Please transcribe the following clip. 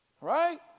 Right